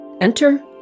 Enter